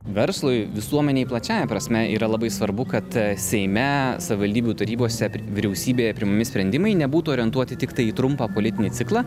verslui visuomenei plačiąja prasme yra labai svarbu kad seime savivaldybių tarybose vyriausybėje priimami sprendimai nebūtų orientuoti tiktai į trumpą politinį ciklą